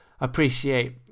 appreciate